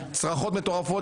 צרחות מטורפות,